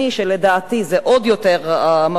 שלדעתי זה עוד יותר מפחיד,